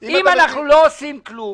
אם אנחנו לא עושים כלום,